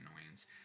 annoyance